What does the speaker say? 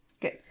good